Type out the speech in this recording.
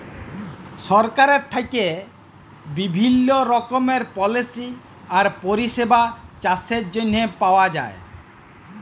সরকারের থ্যাইকে বিভিল্ল্য রকমের পলিসি আর পরিষেবা চাষের জ্যনহে পাউয়া যায়